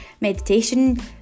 meditation